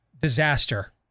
disaster